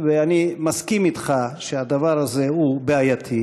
ואני מסכים אתך שהדבר הזה הוא בעייתי.